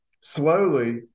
slowly